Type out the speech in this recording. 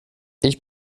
ich